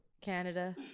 Canada